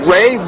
Ray